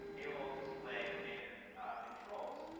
it will display the native controls.